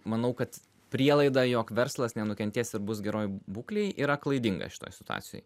manau kad prielaida jog verslas nenukentės ir bus geroj būklėj yra klaidinga šitoj situacijoj